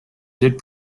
did